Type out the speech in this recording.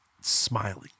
smiling